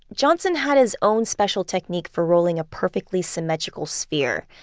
johnson had his own special technique for rolling a perfectly symmetrical sphere.